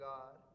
God